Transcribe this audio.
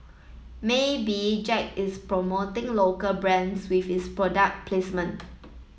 maybe Jack is promoting local brands with his product placement